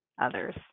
others